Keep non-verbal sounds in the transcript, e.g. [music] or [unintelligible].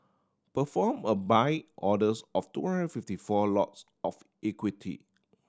perform a Buy orders of two [unintelligible] fifty four lots of equity